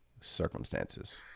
circumstances